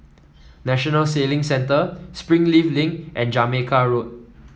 National Sailing Centre Springleaf Link and Jamaica Road